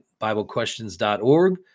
biblequestions.org